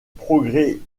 progrès